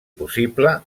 possible